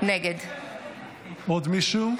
(קוראת בשם חבר הכנסת) זאב אלקין, נגד עוד מישהו?